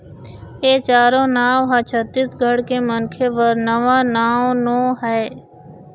ए चारो नांव ह छत्तीसगढ़ के मनखे बर नवा नांव नो हय